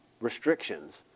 restrictions